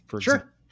Sure